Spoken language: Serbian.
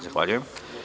Zahvaljujem.